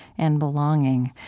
and belonging.